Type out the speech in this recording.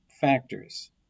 factors